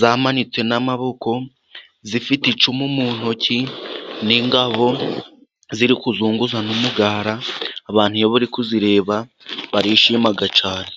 zamanitse n'amaboko, zifite icumu mu ntoki, n'ingabo, ziri kuzunguza n'mugara. abantu iyo bari kuzireba barishima cyane.